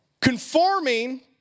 conforming